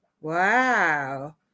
Wow